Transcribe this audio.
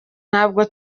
ntabwo